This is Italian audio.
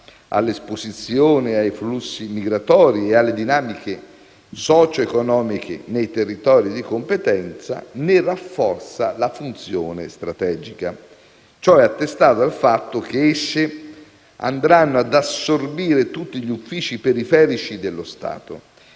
all'esposizione ai flussi migratori e alle dinamiche socioeconomiche nei territori di competenza, ne rafforza la funzione strategica. Ciò è attestato dal fatto che esse andranno ad assorbire tutti gli uffici periferici dello Stato